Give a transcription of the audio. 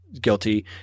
guilty